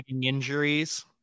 injuries –